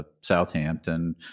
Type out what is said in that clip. Southampton